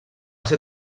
ser